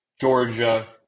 Georgia